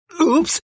Oops